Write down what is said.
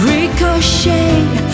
Ricochet